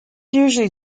usually